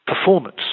performance